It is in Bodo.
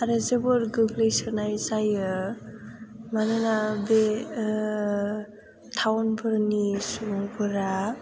आरो जोबोर गोग्लैसोनाय जायो मानोना बे टाउनफोरनि सुबुंफोरा